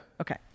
okay